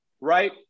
right